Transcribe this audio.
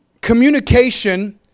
communication